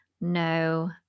no